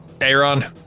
Aaron